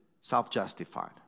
self-justified